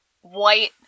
white